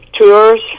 tours